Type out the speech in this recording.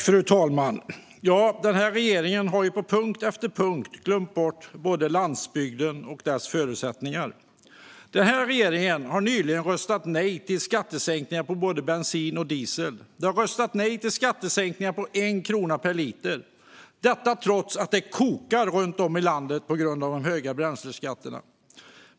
Fru talman! Den här regeringen har på punkt efter punkt glömt bort landsbygden och dess förutsättningar. Den här regeringen har nyligen röstat nej till skattesänkningar på bensin och diesel. Man har röstat nej till en skattesänkning på 1 krona per liter, detta trots att det kokar runt om i landet på grund av de höga bränsleskatterna.